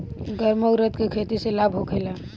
गर्मा उरद के खेती से लाभ होखे ला?